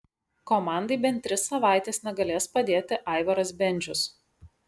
komandai bent tris savaites negalės padėti aivaras bendžius